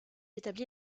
établit